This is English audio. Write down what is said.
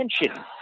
attention